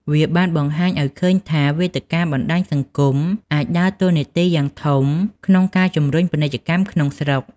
វាបានបង្ហាញឱ្យឃើញថា វេទិកាបណ្តាញសង្គមអាចដើរតួនាទីយ៉ាងធំក្នុងការជំរុញពាណិជ្ជកម្មក្នុងស្រុក។